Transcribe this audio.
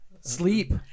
Sleep